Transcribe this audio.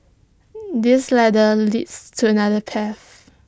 this ladder leads to another path